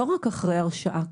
לא רק אחרי הרשעה.